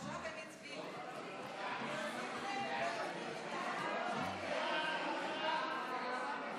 ההצעה להעביר את הצעת חוק התוכנית לסיוע כלכלי (נגיף הקורונה החדש,